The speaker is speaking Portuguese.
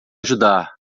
ajudar